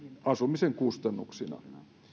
asumisen kustannuksina